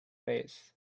face